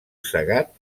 cegat